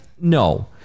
No